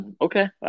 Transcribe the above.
Okay